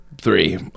three